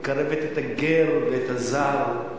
מקרבת את הגר ואת הזר.